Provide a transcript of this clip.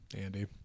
Andy